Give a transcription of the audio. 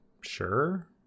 sure